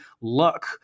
luck